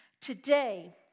Today